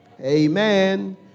Amen